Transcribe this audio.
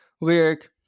lyric